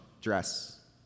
dress